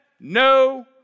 no